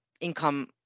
income